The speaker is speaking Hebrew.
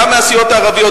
גם מהסיעות הערביות,